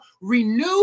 renew